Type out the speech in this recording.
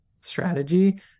strategy